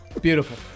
Beautiful